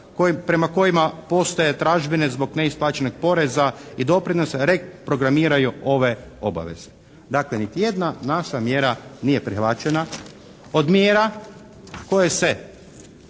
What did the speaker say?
prema kojima postoje tražbine zbog neisplaćenog poreza i doprinosa reprogramiraju ove obaveze. Dakle, niti jedna naša mjera nije prihvaćena od mjera koje se